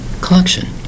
Collection